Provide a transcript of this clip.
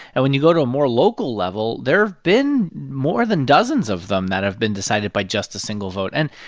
and when you go to a more local level, there have been more than dozens of them that have been decided by just a single vote. and,